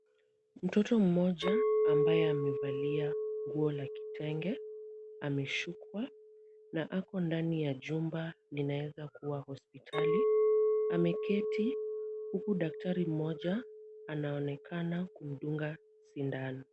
Mtoto mmoja ambaye amevalia nguo la kitenge, amesukwa na ako ndani ya jumba linaeza kuwa hospitali. Ameketi huku daktari mmoja anaonekana kumdunga sindano.